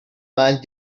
man